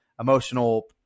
emotional